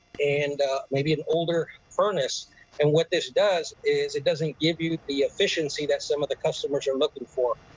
and maybe an older furnace and what this does is it doesn't give you the efficiency that some other customers are looking for.